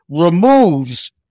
removes